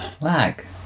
Lag